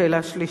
שאלה שלישית: